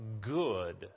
good